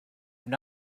have